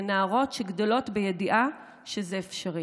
הן נערות שגדלות בידיעה שזה אפשרי.